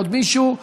עוד מישהו?